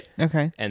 Okay